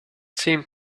seemed